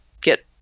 get